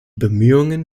bemühungen